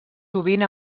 sovint